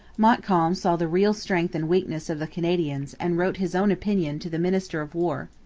montcalm saw the real strength and weakness of the canadians and wrote his own opinion to the minister of war.